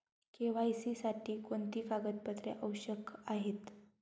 KYC साठी कोणती कागदपत्रे आवश्यक आहेत?